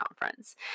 conference